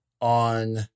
on